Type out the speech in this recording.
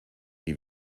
die